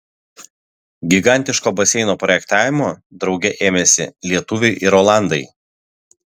gigantiško baseino projektavimo drauge ėmėsi lietuviai ir olandai